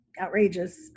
outrageous